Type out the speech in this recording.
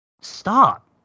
stop